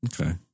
Okay